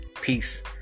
Peace